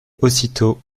aussitôt